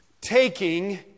taking